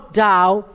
down